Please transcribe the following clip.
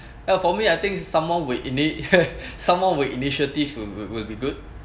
ya for me I think someone would immed~ someone with initiatives will will be good